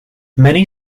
many